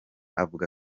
avuga